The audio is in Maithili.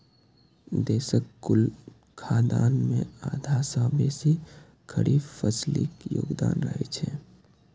देशक कुल खाद्यान्न मे आधा सं बेसी खरीफ फसिलक योगदान रहै छै